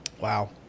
wow